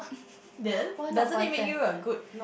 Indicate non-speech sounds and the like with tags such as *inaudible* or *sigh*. *laughs* then doesn't it make you a good